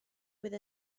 with